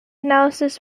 analysis